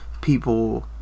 people